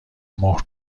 مهر